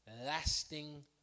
lasting